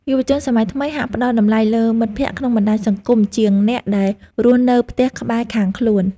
យុវជនសម័យថ្មីហាក់ផ្តល់តម្លៃលើមិត្តភក្តិក្នុងបណ្តាញសង្គមជាងអ្នកដែលរស់នៅផ្ទះក្បែរខាងខ្លួន។